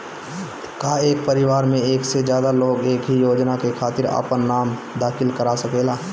का एक परिवार में एक से ज्यादा लोग एक ही योजना के खातिर आपन नाम दाखिल करा सकेला?